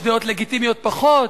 יש דעות לגיטימיות פחות,